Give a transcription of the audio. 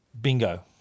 bingo